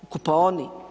U kupaoni?